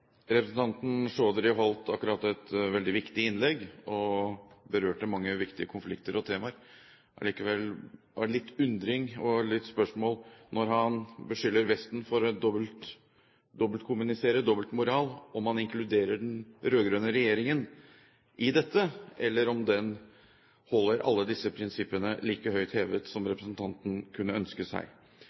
temaer. Likevel stiller jeg meg litt undrende når han beskylder Vesten for å dobbeltkommunisere og å ha dobbeltmoral, og vil stille spørsmålet om han inkluderer den rød-grønne regjeringen i dette, eller om den holder alle disse prinsippene like høyt hevet som representanten kunne ønske seg.